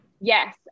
yes